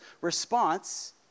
response